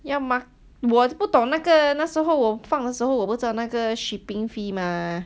一样 mah 我不懂那个那时候我放的时候我不知道那个 shipping fee mah